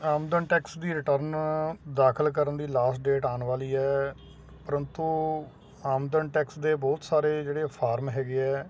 ਆਮਦਨ ਟੈਕਸ ਦੀ ਰਿਟਰਨ ਦਾਖਲ ਕਰਨ ਦੀ ਲਾਸਟ ਡੇਟ ਆਉਣ ਵਾਲੀ ਹੈ ਪ੍ਰੰਤੂ ਆਮਦਨ ਟੈਕਸ ਦੇ ਬਹੁਤ ਸਾਰੇ ਜਿਹੜੇ ਫਾਰਮ ਹੈਗੇ ਹੈ